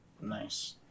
Nice